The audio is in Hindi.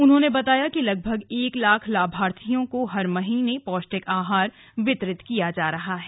उन्होंने बताया की लगभग एक लाख लाभार्थियों को हर महीने पौष्टिक आहार वितरित किया जा रहा है